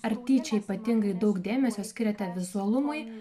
ar tyčia ypatingai daug dėmesio skiriate vizualumui